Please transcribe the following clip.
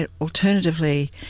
alternatively